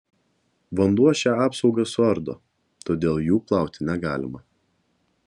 vanduo šią apsaugą suardo todėl jų plauti negalima